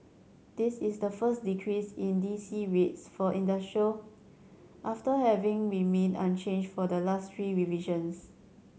this is the first decrease in D C rates for industrial after having remained unchanged for the last three revisions